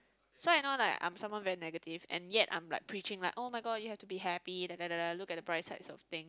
so I know like I am someone very negative and yet I am like preaching like [oh]-my-god you have to happy dadada look at the bright sides of thing